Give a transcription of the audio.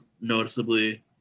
noticeably